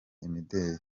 imideri